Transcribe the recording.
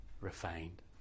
refined